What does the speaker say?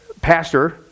pastor